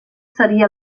seria